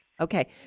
Okay